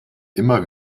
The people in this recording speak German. immer